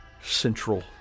Central